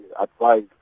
advice